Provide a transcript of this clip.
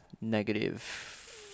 negative